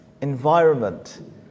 environment